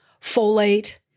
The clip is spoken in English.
folate